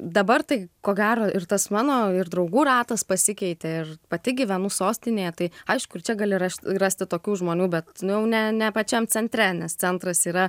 dabar tai ko gero ir tas mano ir draugų ratas pasikeitė ir pati gyvenu sostinėje tai aišku ir čia gali raš rasti tokių žmonių bet nu jau ne ne pačiam centre nes centras yra